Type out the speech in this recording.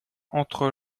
entre